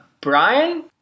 Brian